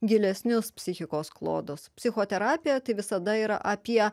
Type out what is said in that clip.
gilesnius psichikos klodus psichoterapija tai visada yra apie